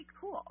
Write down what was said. cool